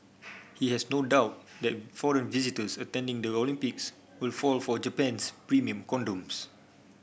he has no doubt that foreign visitors attending the Olympics will fall for Japan's premium condoms